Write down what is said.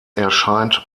erscheint